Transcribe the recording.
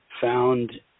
Found